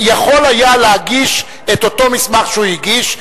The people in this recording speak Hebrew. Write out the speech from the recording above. יכול היה להגיש את אותו מסמך שהוא הגיש,